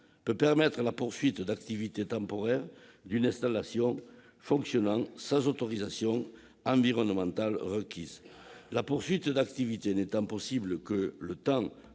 peut permettre la poursuite d'activité temporaire d'une installation fonctionnant sans autorisation environnementale requise. La poursuite d'activité n'étant possible que le temps